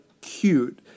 cute